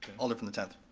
alder from the tenth.